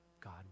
God